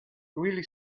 really